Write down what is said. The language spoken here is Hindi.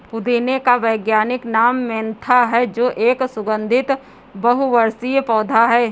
पुदीने का वैज्ञानिक नाम मेंथा है जो एक सुगन्धित बहुवर्षीय पौधा है